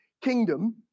kingdom